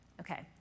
Okay